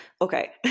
Okay